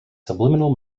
subliminal